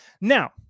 Now